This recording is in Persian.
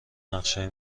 نقشه